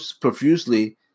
profusely